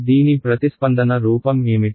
దీని ప్రతిస్పందన రూపం ఏమిటి